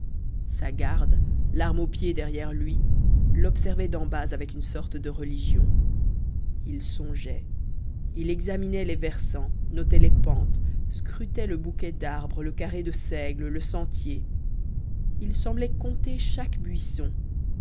sa garde l'arme au pied derrière lui l'observait d'en bas avec une sorte de religion il songeait il examinait les versants notait les pentes scrutait le bouquet d'arbres le carré de seigles le sentier il semblait compter chaque buisson